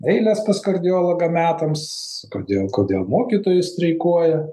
eilės pas kardiologą metams kodėl kodėl mokytojai streikuoja